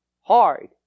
Hard